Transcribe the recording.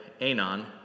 Anon